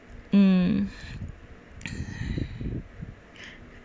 um